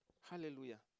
Hallelujah